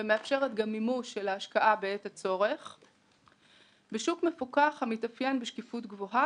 ומאפשרת גם מימוש של ההשקעה בשוק מפוקח המתאפיין בשקיפות גבוהה.